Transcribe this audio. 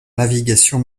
navigation